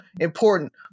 important